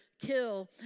kill